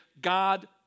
God